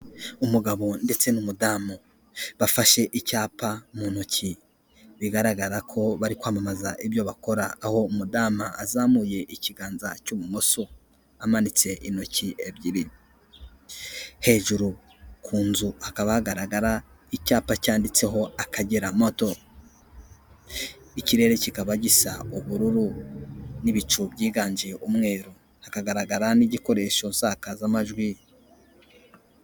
Umugabo ndetse n'umudamu, bafashe icyapa mu ntoki, bigaragara ko bari kwamamaza ibyo bakora aho umudamu azamuye ikiganza cy'ibumoso, amanitse intoki ebyiri, hejuru ku nzu hakaba hagaragara icyapa cyanditseho Akagera moto. Ikirere kikaba gishya ubururu n'ibicu byiganje umweru, hakagaragara n'igikoresho nsakazamajwi .